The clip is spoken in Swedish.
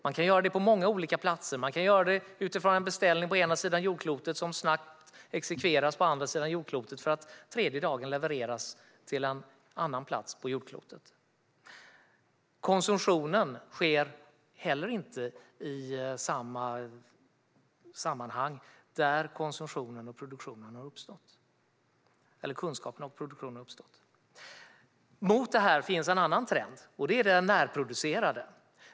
Man kan göra det på många olika platser - man kan göra det utifrån en beställning på ena sidan jordklotet som snabbt exekveras på andra sidan jordklotet, för att tredje dagen levereras till en annan plats på jordklotet. Konsumtionen sker heller inte i samma sammanhang som det där kunskapen och produktionen har uppstått. Mot detta står en annan trend, och det är den närproducerade.